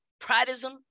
Prideism